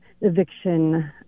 eviction